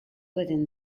within